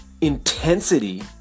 intensity